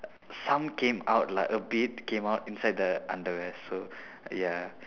some came out lah a bit came out inside the underwear so ya